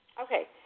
Okay